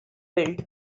built